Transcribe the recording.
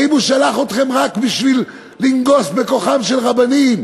האם הוא שלח אתכם רק בשביל לנגוס בכוחם של רבנים